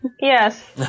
Yes